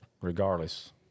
regardless